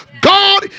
God